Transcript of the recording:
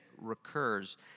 recurs